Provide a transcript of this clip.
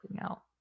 out